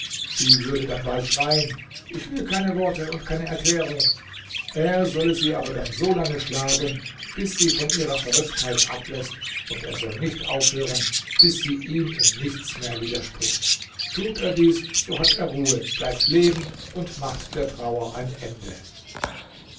sie würde dann bald schreien ich will keine worte und keine erklärung er solle sie aber dann so lange schlagen bis sie von ihrer verrücktheit abläßt und er soll nicht aufhören bis sie ihm in nichts mehr widerspricht tut er dies so hat er ruhe bleibt leben und macht der trauer ein ende